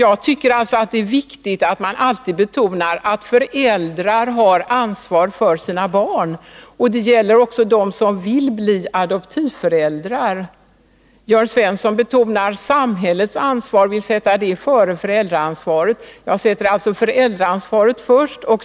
Jag tycker att det är viktigt att man hela tiden betonar att föräldrar har ansvar för sina barn. Det gäller också dem som vill bli adoptivföräldrar. Jörn Svensson betonar samhällets ansvar och vill sätta det före föräldraansvaret. Jag sätter föräldraansvaret främst.